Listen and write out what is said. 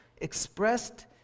expressed